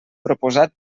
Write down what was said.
proposat